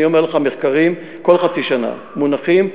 אומר לך: מחקרים כל חצי שנה מונחים.